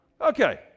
Okay